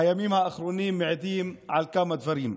הימים האחרונים מעידים על כמה דברים מסוכנים.